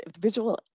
visual